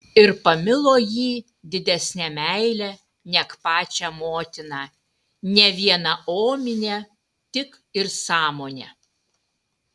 ir pamilo jį didesne meile neg pačią motiną ne viena omine tik ir sąmone